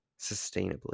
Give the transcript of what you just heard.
sustainably